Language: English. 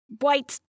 white